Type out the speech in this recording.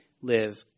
live